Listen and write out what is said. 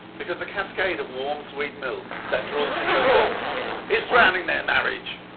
because the cascade of warm sweet milk that rolls from her dugs is drowning their marriage!